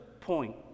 point